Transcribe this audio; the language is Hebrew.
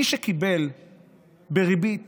מי שקיבל בריבית